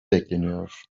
bekleniyor